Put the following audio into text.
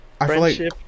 Friendship